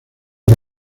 que